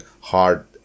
hard